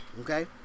okay